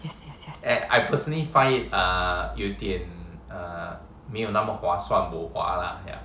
yes yes yes